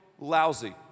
lousy